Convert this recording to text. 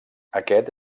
aquest